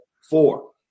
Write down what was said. Four